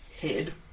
head